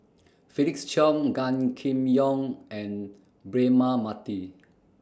Felix Cheong Gan Kim Yong and Braema Mathi